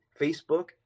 Facebook